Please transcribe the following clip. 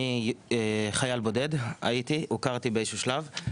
אני חייל בודד הייתי, הוכרתי באיזשהו שלב.